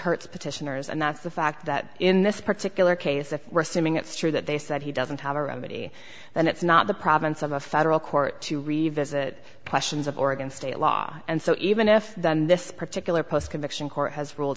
hurts petitioners and that's the fact that in this particular case the receiving it's true that they said he doesn't have a remedy and it's not the province of a federal court to revisit questions of oregon state law and so even if this particular post conviction court has ruled